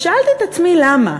שאלתי את עצמי למה.